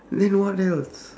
then what else